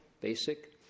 basic